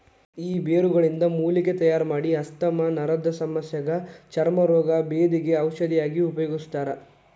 ಈ ಬೇರುಗಳಿಂದ ಮೂಲಿಕೆ ತಯಾರಮಾಡಿ ಆಸ್ತಮಾ ನರದಸಮಸ್ಯಗ ಚರ್ಮ ರೋಗ, ಬೇಧಿಗ ಔಷಧಿಯಾಗಿ ಉಪಯೋಗಿಸ್ತಾರ